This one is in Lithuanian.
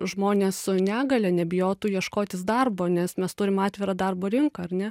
žmonės su negalia nebijotų ieškotis darbo nes mes turim atvirą darbo rinką ar ne